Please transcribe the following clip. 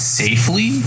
safely